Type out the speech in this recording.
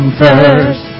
first